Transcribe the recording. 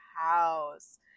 house